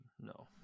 no